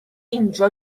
اینجا